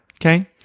Okay